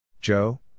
Joe